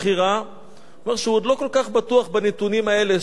שפרסו פה השבוע בעניין הזה של פחות נכנסים.